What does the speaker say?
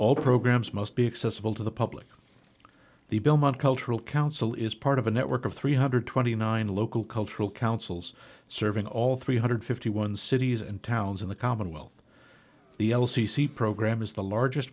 all programs must be accessible to the public the belmont cultural council is part of a network of three hundred and twenty nine local cultural councils serving all three hundred and fifty one cities and towns in the commonwealth the l c c program is the largest